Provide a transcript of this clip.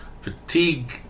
fatigue